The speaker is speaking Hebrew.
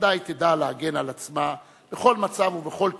ודאי תדע להגן על עצמה בכל מצב ובכל תרחיש.